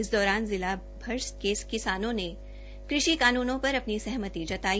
इस दौरान जिला भर के किसानों ने कृषि कानूनों पर अपनी सहमति जताई